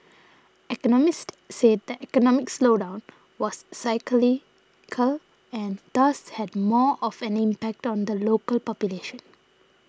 economists said that economic slowdown was cyclical and thus had more of an impact on the local population